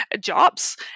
jobs